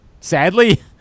sadly